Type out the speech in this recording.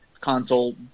console